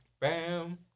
Bam